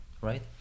right